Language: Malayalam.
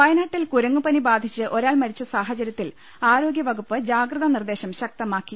വയനാട്ടിൽ കുരങ്ങുപനി ബാധിച്ച് ഒരാൾ മരിച്ച സാഹചര്യത്തിൽ ആരോഗ്യവകുപ്പ് ജാഗ്രതാ നിർദേശം ശക്തമാക്കി